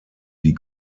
die